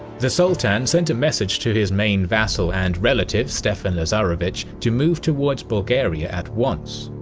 the sultan sent a message to his main vassal and relative stefan lazarevich to move towards bulgaria at once.